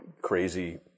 crazy